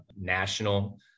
national